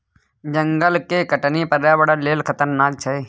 जंगल के कटनी पर्यावरण लेल खतरनाक छै